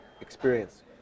experience